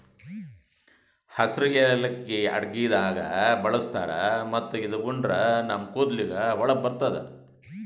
ಹಸ್ರ್ ಯಾಲಕ್ಕಿ ಅಡಗಿದಾಗ್ ಬಳಸ್ತಾರ್ ಮತ್ತ್ ಇದು ಉಂಡ್ರ ನಮ್ ಕೂದಲಿಗ್ ಹೊಳಪ್ ಬರ್ತದ್